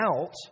out